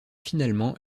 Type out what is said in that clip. finalement